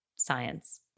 science